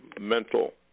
mental